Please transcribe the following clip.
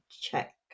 check